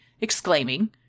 exclaiming